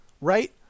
right